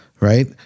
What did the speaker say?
right